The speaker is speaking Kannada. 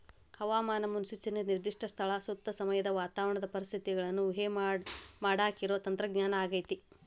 ಹವಾಮಾನ ಮುನ್ಸೂಚನೆ ನಿರ್ದಿಷ್ಟ ಸ್ಥಳ ಮತ್ತ ಸಮಯದ ವಾತಾವರಣದ ಪರಿಸ್ಥಿತಿಗಳನ್ನ ಊಹೆಮಾಡಾಕಿರೋ ತಂತ್ರಜ್ಞಾನ ಆಗೇತಿ